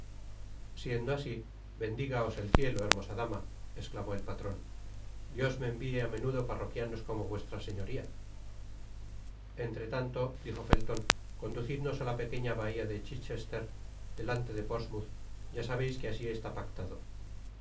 siendo asi bendigaos el cielo hermosa dama esclamó el pal ron dios me envie á menudo parroquianos como vuestra señoria entretanto dijo felton conducidnos á la pequeña bahia de chichester delante de portsmouth ya sabeis que asi está pactado el